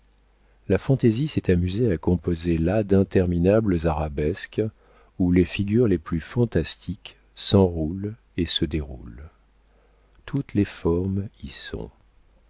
la fantaisie s'est amusée à composer là d'interminables arabesques où les figures les plus fantastiques s'enroulent et se déroulent toutes les formes y sont